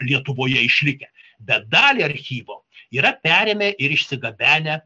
lietuvoje išlikę bet dalį archyvo yra perėmę ir išsigabenę